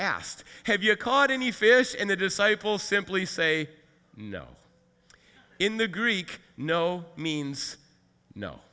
asked have you caught any fish in the disciple simply say no in the greek no no means